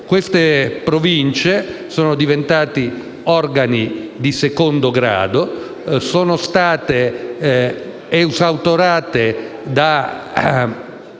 Queste Province sono diventate organi di secondo grado, sono state esautorate di